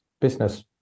business